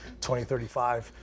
2035